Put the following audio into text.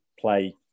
play